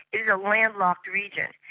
is a landlocked region,